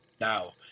now